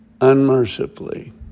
unmercifully